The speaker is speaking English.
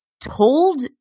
told